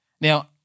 Now